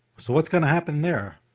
so what's going to happen there?